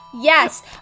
yes